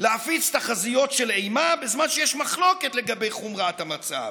להפיץ תחזיות של אימה בזמן שיש מחלוקת לגבי חומרת המצב.